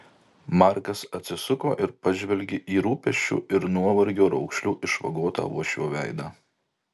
markas atsisuko ir pažvelgė į rūpesčių ir nuovargio raukšlių išvagotą uošvio veidą